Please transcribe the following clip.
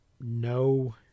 no